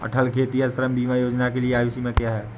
अटल खेतिहर श्रम बीमा योजना के लिए आयु सीमा क्या है?